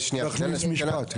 להכניס משפט.